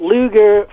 Luger